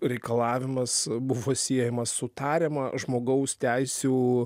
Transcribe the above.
reikalavimas buvo siejamas su tariama žmogaus teisių